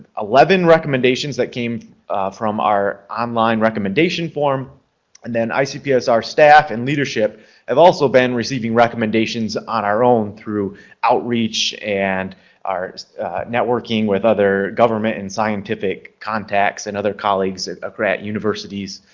eleven recommendations that came from our online recommendation form and then icpsr staff and leadership have also been receiving recommendations on our own through outreach and our networking with other government and scientific contacts and other colleagues, ah grant universities,